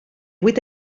vuit